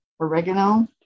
oregano